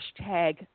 Hashtag